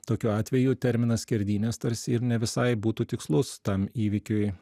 tokiu atveju terminas skerdynės tarsi ir ne visai būtų tikslus tam įvykiui